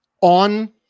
on